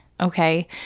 okay